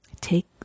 Take